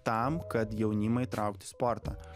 tam kad jaunimą įtraukti į sportą